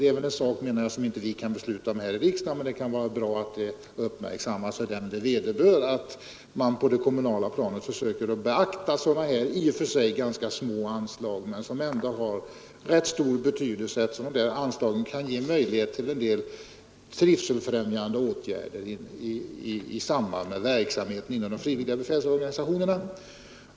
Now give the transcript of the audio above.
Om sådant kan vi inte besluta här i riksdagen, men det är bra om det uppmärksammas av dem det vederbör så att man på det kommunala planet försöker beakta dessa i och för sig ganska små anslag, som ändå har rätt stor betydelse, eftersom de kan ge möjlighet till en del trivselbefrämjande åtgärder i samband med verksamheten inom de frivilliga befälsorganisationerna.